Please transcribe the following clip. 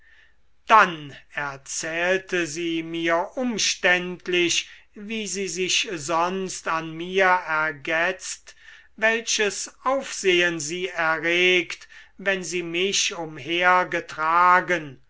dann erzählte sie mir umständlich wie sie sich sonst an mir ergetzt welches aufsehen sie erregt wenn sie mich umhergetragen